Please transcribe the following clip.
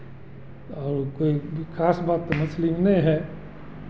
और कोई भी खास बात तो मछली में नहीं है